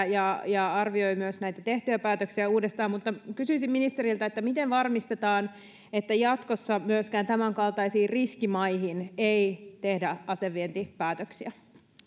ja ja arvioi myös näitä tehtyjä päätöksiä uudestaan mutta kysyisin ministeriltä miten varmistetaan että jatkossa tämänkaltaisiin riskimaihin ei myöskään tehdä asevientipäätöksiä